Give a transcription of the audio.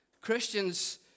Christians